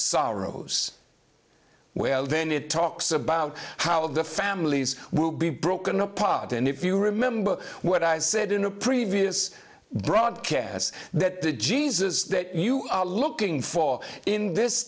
sorrows well then it talks about how the families will be broken apart and if you remember what i said in a previous broadcast that the jesus that you are looking for in this